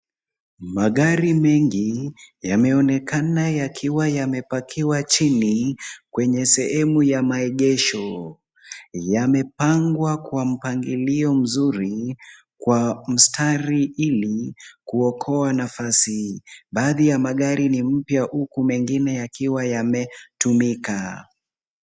Magari mengi, yameonekana yakiwa yamepakiwa chini kwenye sehemu ya maegesho. Yamepangwa kwa mpangilio mzuri kwa mstari ili kuokoa nafasi. Baadhi ya magari ni mpya huku mengine yakiwa yametumika.